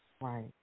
right